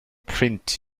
print